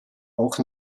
auch